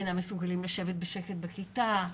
הם אינם מסוגלים לשבת בשקט בכיתה,